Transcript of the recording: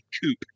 Coupe